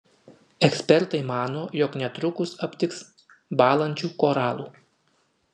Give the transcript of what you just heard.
ekspertai mano jog netrukus aptiks bąlančių koralų